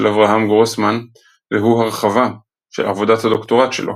אברהם גרוסמן והוא הרחבה של עבודת הדוקטורט שלו,